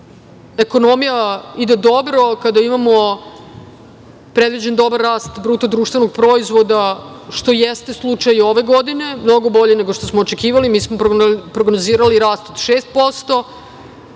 ekonomija ide dobro, kada imamo predviđen dobar rast BDP-a, što jeste slučaj ove godine, mnogo bolje nego što smo očekivali. Mi smo prognozirali rast od 6%,